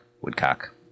Woodcock